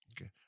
Okay